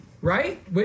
right